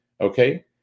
okay